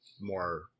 more